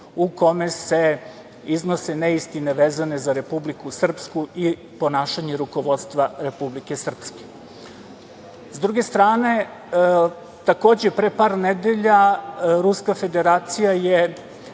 u kome se iznose neistine vezane za Republiku Srpsku i ponašanje rukovodstva Republike Srpske. Sa druge strane, takođe pre par nedelja, Ruska Federacija je